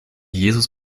jesus